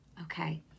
Okay